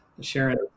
Sharon